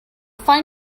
fine